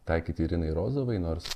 taikyti irinai rozovai nors